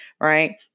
right